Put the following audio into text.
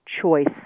choice